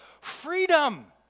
Freedom